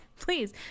Please